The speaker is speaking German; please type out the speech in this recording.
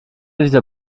dieser